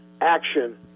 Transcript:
action